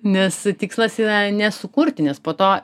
nes tikslas yra nesukurti nes po to